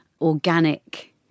organic